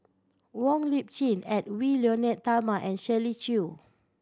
Wong Lip Chin Edwy Lyonet Talma and Shirley Chew